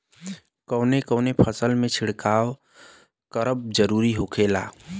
कवने कवने फसल में छिड़काव करब जरूरी होखेला?